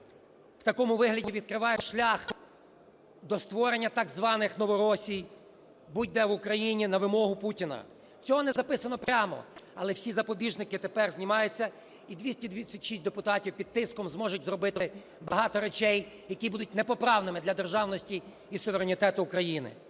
в такому вигляді, відкриває шлях до створення так званих "новоросій" будь-де в Україні на вимогу Путіна. Цього не записано прямо, але всі запобіжники тепер знімаються і 226 депутатів під тиском зможуть зробити багато речей, які будуть непоправними для державності і суверенітету України.